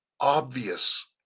obvious